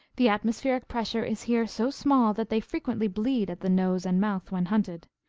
the atmospheric pressure is here so small that they frequently bleed at the nose and mouth when hunted.